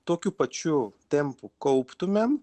tokiu pačiu tempu kauptumėm